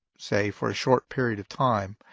say, for a short period of time,